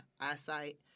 eyesight